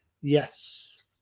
Yes